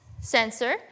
sensor